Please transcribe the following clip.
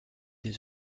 des